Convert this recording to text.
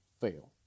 fail